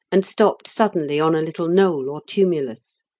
and stopped suddenly on a little knoll or tumulus.